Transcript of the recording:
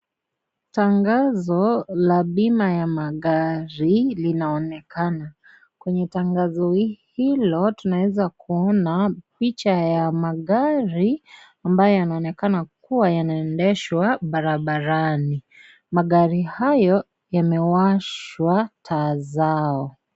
Tangazo la bima ya magari linaonekana, kwenye tangazo hilo tunaweza kuona picha ya magari ambayo yanaonekana kuwa yanaendeshwa barabarani magari hayo yamewashwa taa zao.